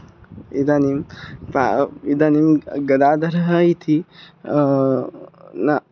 इदानीं प्रा इदानीं ग गदाधरः इति न